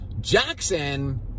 Jackson